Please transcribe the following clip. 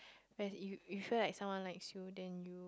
where if you if you feel like someone likes you then you